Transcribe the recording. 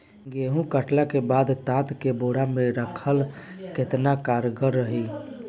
गेंहू कटला के बाद तात के बोरा मे राखल केतना कारगर रही?